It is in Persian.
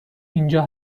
اینجا